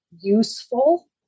useful